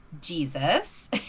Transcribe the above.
Jesus